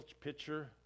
pitcher